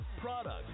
product